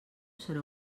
serà